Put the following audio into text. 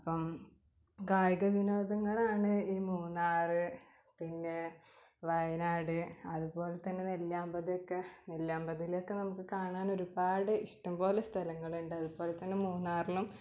അപ്പം കായിക വിനോദങ്ങളാണ് ഈ മൂന്നാർ പിന്നേ വയനാട് അതുപോലെ തന്നെ നെല്ലിയാമ്പതിയൊക്കെ നെല്ലിയാമ്പതീലൊക്കെ നമുക്ക് കാണാൻ ഒരുപാട് ഇഷ്ടം പോലെ സ്ഥലങ്ങളുണ്ട് അതുപോലെ തന്നെ മൂന്നാറിലും